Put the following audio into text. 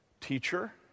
teacher